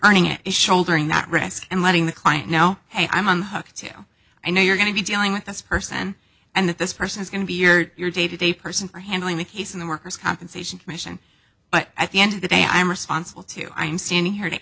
owning it is shouldering that risk and letting the client know hey i'm on the hook to oh i know you're going to be dealing with this person and that this person is going to be your day to day person or handling the case in the workers compensation commission but at the end of the day i am responsible to i'm standing here to